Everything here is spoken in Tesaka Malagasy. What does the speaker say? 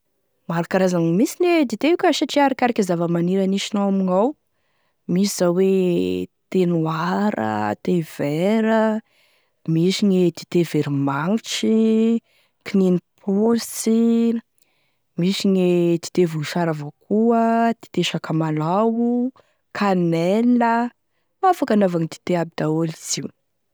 Maro karazany mihinsy gne dite io ka satria arakaraky e zava-maniry ahisinao ame amignao, misy zao hoe thé noir, thé vert, misy gne dite veromagnitry, kininiposy, misy gne dite voasary avao koa, dite sakamalaho, kanela afaky anaovagny dite aby daholy izy io.